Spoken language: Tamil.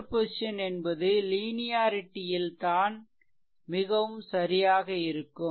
சூப்பர்பொசிசன் என்பது லீனியாரிடி ல் தான் மிகவும் சரியாக இருக்கும்